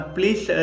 Please